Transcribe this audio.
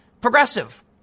Progressive